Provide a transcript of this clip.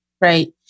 Right